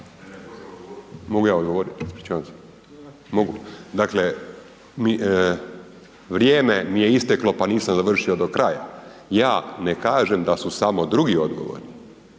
Mogu ja odgovoriti? Mogu. Dakle, vrijeme mi je isteklo pa nisam završio do kraja. Ja ne kažem da su samo drugi odgovorni,